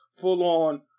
full-on